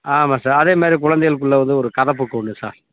ஆமாம் சார் அதேமாதிரி குழந்தைகளுக்கு உள்ள வந்து ஒரு கதை புக்கு ஒன்று சார்